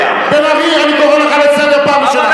בן-ארי, אני קורא אותך לסדר פעם ראשונה.